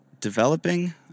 developing